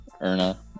Erna